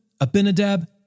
Abinadab